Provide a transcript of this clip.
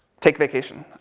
take vacation.